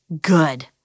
good